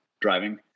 driving